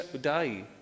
die